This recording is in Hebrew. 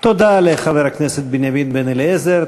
תודה לחבר הכנסת בנימין בן-אליעזר.